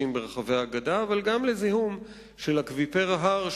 ברחבי הגדה אבל גם לזיהום של אקוויפר ההר,